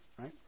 right